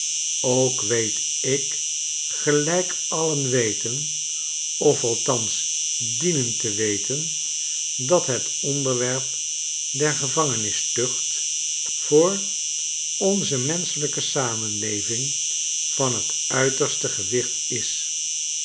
ook weet ik gelijk alien weten of althans dienden te weten dat het onderwerp der gevangenistucht voor onze menschelijke samenleving van t uiterste gewicht is